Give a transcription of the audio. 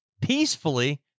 peacefully